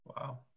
Wow